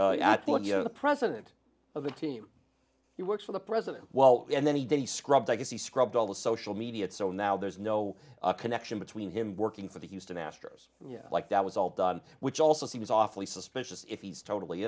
was the president of the team he works for the president well and then he did a scrub legacy scrubbed all the social media so now there's no connection between him working for the houston astros and yeah like that was all done which also seems awfully suspicious if he's totally